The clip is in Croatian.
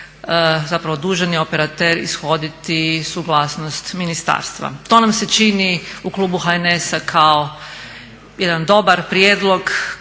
zapravo dužan je operater ishoditi suglasnost ministarstva. To nam se čini u klubu HNS-a kao jedan dobar prijedlog,